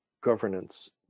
governance